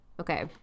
Okay